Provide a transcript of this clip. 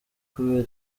kubera